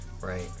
right